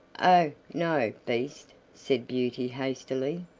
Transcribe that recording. oh! no, beast, said beauty hastily.